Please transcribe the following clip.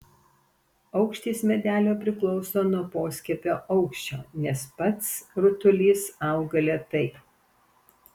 aukštis medelio priklauso nuo poskiepio aukščio nes pats rutulys auga lėtai